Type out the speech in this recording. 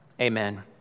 amen